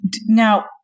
Now